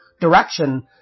direction